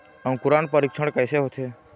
अंकुरण परीक्षण कैसे होथे?